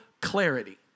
clarity